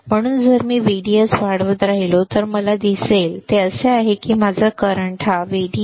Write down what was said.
म्हणून जर मी व्हीडीएस वाढवत राहिलो तर मला जे दिसेल ते असे आहे की माझा वर्तमान हा व्हीडीएस आहे हा आयडी आहे